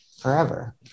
forever